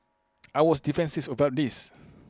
I was defensive about this